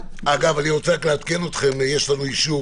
אגב, אני רוצה רק לעדכן אתכם שיש לנו אישור